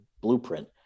blueprint